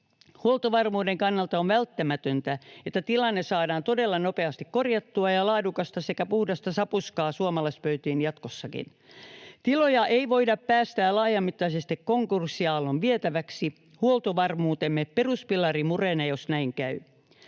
Huoltovarmuuden kannalta on välttämätöntä, että tilanne saadaan todella nopeasti korjattua ja laadukasta sekä puhdasta sapuskaa saadaan suomalaispöytiin jatkossakin. Tiloja ei voida päästää laajamittaisesti konkurssiaallon vietäväksi. Huoltovarmuutemme peruspilari murenee, jos näin käy.